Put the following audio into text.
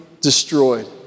destroyed